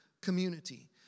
community